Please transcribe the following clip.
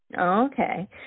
Okay